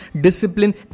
discipline